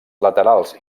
laterals